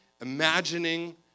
imagining